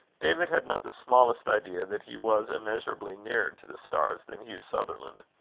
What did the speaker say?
david had not the smallest idea that he was immeasurably nearer to the stars than hugh sutherland.